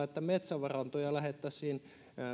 että metsävarantoja lähdettäisiin